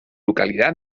localidad